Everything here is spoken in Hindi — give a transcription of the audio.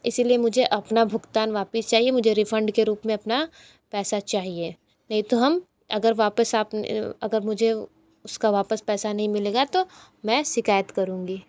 इसलिए मुझे अपना भुगतान वापस चाहिए मुझे रिफंड के रूप में अपना पैसा चाहिए नहीं तो हम अगर वापस आपने अगर मुझे उसका वापस पैसा नहीं मिलेगा तो मैं शिकायत करुँगी